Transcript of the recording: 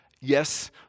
Yes